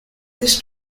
this